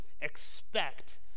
expect